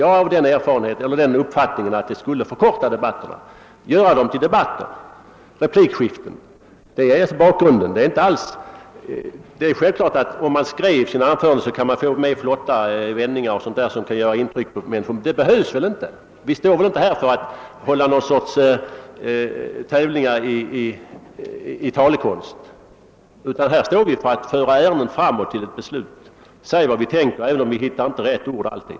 Jag har den uppfattningen att debatterna skulle förkortas och göras till verkliga debatter, till replikskiften, om talarna inte använde manuskript. Detta är bakgrunden till min motion. Det är givet att man i skrivna anföranden kan få med fina vändningar och annat som kan göra intryck, men det behövs väl inte. Vi står inte här för att hålla någon tävling i talekonst, utan det väsentligaste är att föra debatten fram till beslut och säga vad vi tänker, även om vi inte alltid hittar rätt ord.